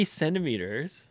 centimeters